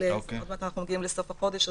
אבל עוד מעט אנחנו מגיעים לסוף החודש,